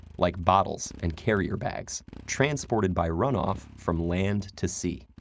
like bottles and carrier bags, transported by runoff from land to sea.